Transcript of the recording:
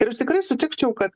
ir aš tikrai sutikčiau kad